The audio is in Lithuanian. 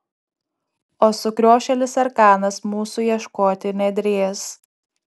o sukriošėlis arkanas mūsų ieškoti nedrįs